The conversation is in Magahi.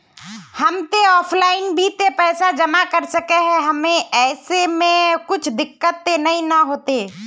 हम ते ऑफलाइन भी ते पैसा जमा कर सके है ऐमे कुछ दिक्कत ते नय न होते?